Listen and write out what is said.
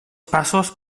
passos